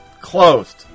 closed